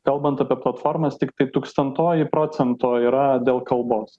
kalbant apie platformas tiktai tūkstantoji procento yra dėl kalbos